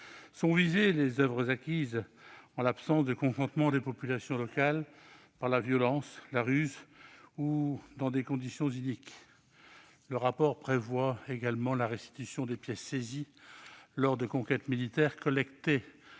Sont visées les oeuvres acquises « en l'absence de consentement des populations locales », par « la violence ou la ruse ou dans des conditions iniques ». Le rapport prévoit également la restitution des pièces saisies lors de conquêtes militaires, collectées